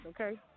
okay